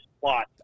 plot